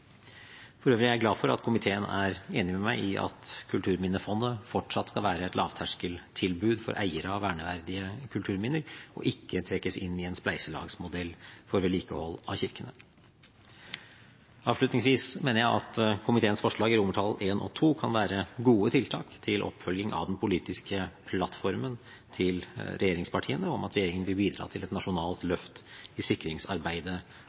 For øvrig er jeg glad for at komiteen er enig med meg i at Kulturminnefondet fortsatt skal være et lavterskeltilbud for eiere av verneverdige kulturminner og ikke trekkes inn i en spleiselagsmodell for vedlikehold av kirkene. Avslutningsvis mener jeg at komiteens forslag til vedtak i I og II kan være gode tiltak til oppfølging av regjeringspartienes politiske plattform om at regjeringen vil bidra til et nasjonalt løft i sikringsarbeidet